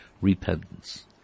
repentance